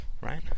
right